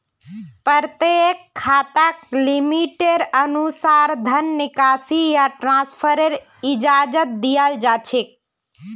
प्रत्येक खाताक लिमिटेर अनुसा र धन निकासी या ट्रान्स्फरेर इजाजत दीयाल जा छेक